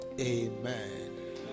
amen